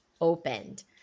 opened